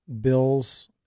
bills